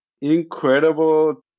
incredible